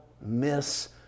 miss